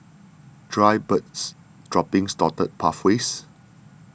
dried birds droppings dotted pathways